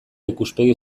ikuspegi